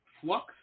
flux